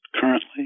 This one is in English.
currently